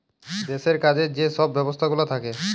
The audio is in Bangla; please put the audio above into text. দেশের কাজে যে সব ব্যবস্থাগুলা থাকে